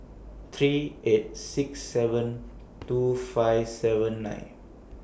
three eight six seven two five seven nine